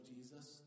Jesus